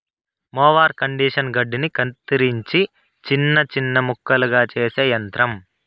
mower conditioner గడ్డిని కత్తిరించి చిన్న చిన్న ముక్కలుగా చేసే యంత్రం